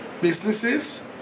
businesses